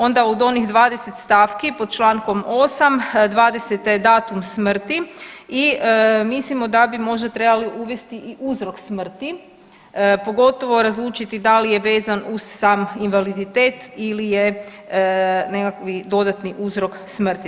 Onda od onih 20 stavki pod čl. 8., 20. je datum smrti i mislimo da bi možda trebali uvesti i uzrok smrti pogotovo razlučiti da li je vezan uz sam invaliditet ili je nekakvi dodatni uzrok smrti.